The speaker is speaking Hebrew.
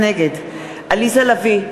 נגד עליזה לביא,